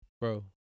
Bro